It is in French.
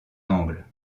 angles